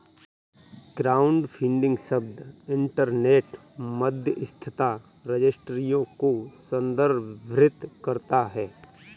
crowdfunding शब्द internet मध्यस्थता रजिस्ट्रियों को संदर्भित करता है